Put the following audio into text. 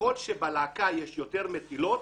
ככל שבלהקה יש יותר מטילות,